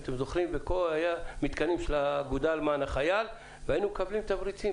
היו מתקנים של האגודה למען החייל והיינו מקבלים תמריצים,